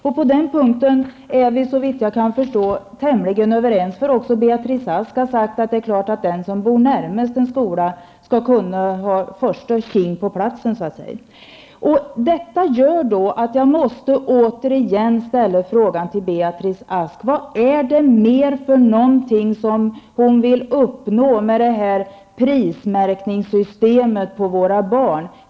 Också Beatrice Ask har sagt att den som bor närmast en skola skall kunna ha första tjing på en plats där. Jag måste mot den bakgrunden återigen ställa frågan till Beatrice Ask: Vad är det ytterligare som hon vill uppnå med prismärkningssystemet för våra barn?